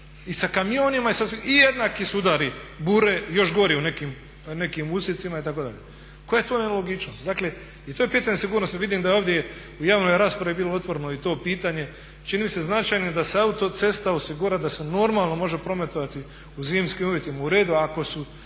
i sa kamionima i jednaki su udari bure, još gore u nekim usjecima itd. koja je to nelogičnost. Dakle i to je pitanje sigurnosti. Vidim da je ovdje u javnoj raspravi bilo otvoreno i to pitanje, čini mi se značajno da se autocesta osigura da se normalno može prometovati u zimskim uvjetima uredu,